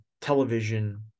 television